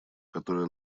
которая